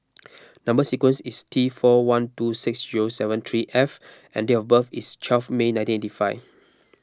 Number Sequence is T four one two six zero seven three F and date of birth is twelve May nineteen eighty five